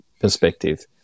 perspective